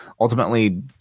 ultimately